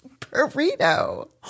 Burrito